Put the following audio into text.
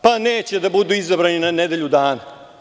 Pa neće da budu izabrani na nedelju dana.